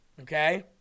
okay